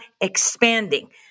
expanding